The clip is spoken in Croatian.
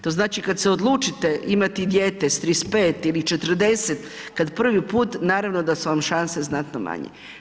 To znači kad se odlučite imati dijete s 35 ili 40 kad prvi put naravno da su vam šanse znatno manje.